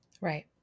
right